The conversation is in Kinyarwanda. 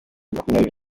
makumyabiri